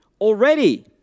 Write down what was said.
already